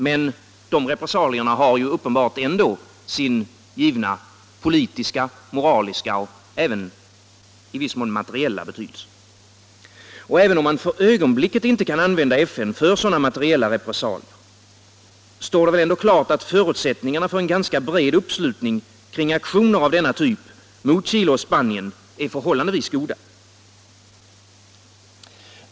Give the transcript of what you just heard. Men de repressalierna har uppenbarligen ändå sin givna politiska, moraliska och även i viss mån materiella betydelse. Och även om man för ögonblicket inte kan använda FN för sådana materiella repressalier, står det ändå klart att förutsättningarna för en ganska bred uppslutning kring aktioner av denna typ mot Chile och Spanien är förhållandevis goda.